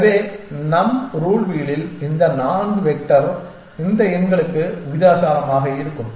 எனவே நம் ரூல் வீலில் இந்த 4 வெக்டர் இந்த எண்களுக்கு விகிதாசாரமாக இருக்கும்